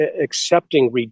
accepting